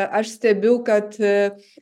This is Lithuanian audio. aš stebiu kad